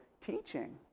teaching